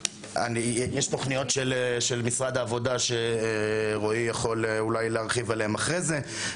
יש תוכניות של משרד העבודה שרועי יכול אולי להרחיב עליהן אחרי זה.